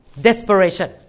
desperation